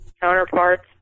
counterparts